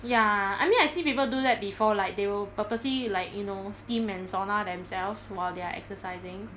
ya I mean I see people do that before like they will purposely like you know steam and sauna themselves while they are exercising